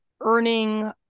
earning